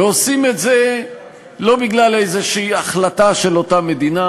ועושים את זה לא בגלל איזו החלטה של אותה מדינה,